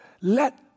Let